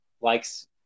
likes